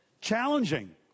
challenging